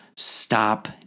Stop